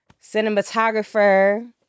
cinematographer